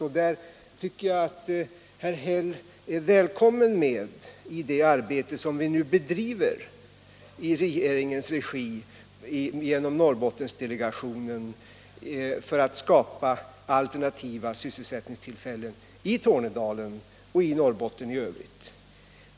Och där är herr Häll välkommen med i det arbete som vi nu bedriver i regeringens regi genom Norrbottendelegationen för att skapa alternativa sysselsättningstillfällen i Tornedalen och i Norrbotten i övrigt.